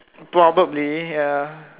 probably ya